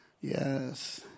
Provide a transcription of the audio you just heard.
Yes